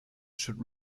should